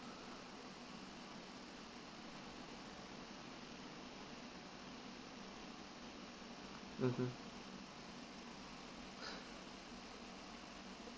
mmhmm